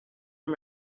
and